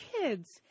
kids